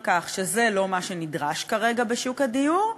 כך שזה לא מה שנדרש כרגע בשוק הדיור.